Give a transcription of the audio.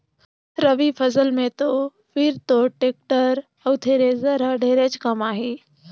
रवि फसल मे तो फिर तोर टेक्टर अउ थेरेसर हर ढेरेच कमाही